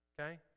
Okay